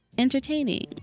Entertaining